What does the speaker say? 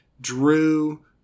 drew